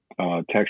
text